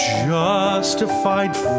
justified